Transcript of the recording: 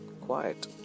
quiet